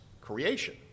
creation